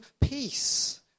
peace